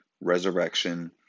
resurrection